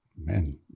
man